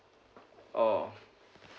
oh